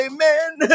Amen